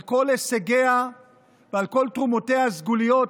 כל הישגיה ועל כל תרומותיה הסגוליות,